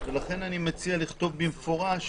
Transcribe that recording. ולכן אני מציע לכתוב במפורש